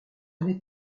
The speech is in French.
n’est